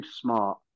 smart